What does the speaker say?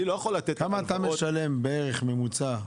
כמה אתה משלם על הכסף הזה, בממוצע?